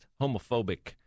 homophobic